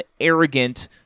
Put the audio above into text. arrogant